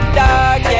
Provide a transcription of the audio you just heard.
dark